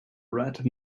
red